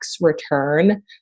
return